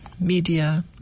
media